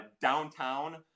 downtown